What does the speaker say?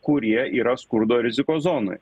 kurie yra skurdo rizikos zonoj